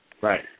Right